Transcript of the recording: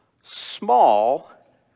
small